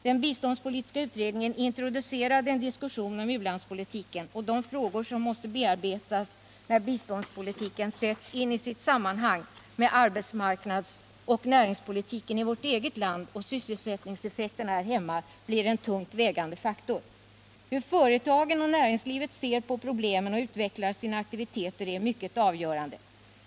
Den biståndspolitiska utredningen introducerade en diskussion om ulandspolitiken, och de frågor som måste bearbetas när biståndspolitiken sätts in i sitt sammanhang med arbetsmarknadsoch näringspolitiken i vårt eget land och sysselsättningseffekterna här hemma blir en tungt vägande faktor. Hur företagen och näringslivet ser på problemen och utvecklar sina aktiviteter är i mycket avgörande.